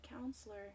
counselor